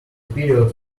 period